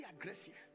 aggressive